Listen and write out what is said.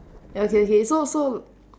okay okay so so